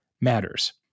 matters